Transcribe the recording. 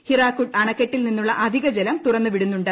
ഹിരാക്കുഡ് അണക്കെട്ടിൽ നിന്നുള്ള അധികജലം തുറന്നു വിടുന്നുണ്ട്